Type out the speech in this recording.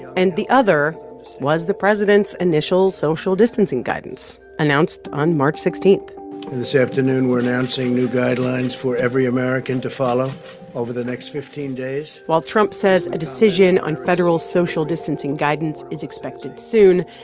and the other was the president's initial social distancing guidance, announced on march sixteen and point afternoon, we're announcing new guidelines for every american to follow over the next fifteen days while trump says a decision on federal social distancing guidance is expected soon,